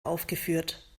aufgeführt